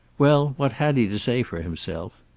well, what had he to say for himself?